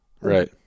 right